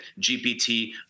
GPT